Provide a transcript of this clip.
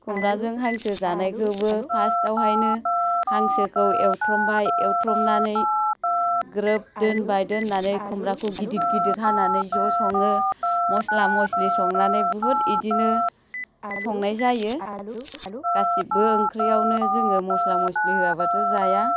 खुमब्राजों हांसो जानायखौबो फास्थआवहायनो हांसोखौ एवथ्रमबाय एवथ्रमनानै ग्रोब दोनबाय दोननानै खुमब्राखौ गिदिद गिदिद हानानै ज' सङो मस्ला मस्लि संनानै बुहुत बिदिनो संनाय जायो गासिब्बो ओंख्रैआवनो जोङो मस्ला मस्लि होआबाथ' जाया